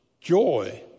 joy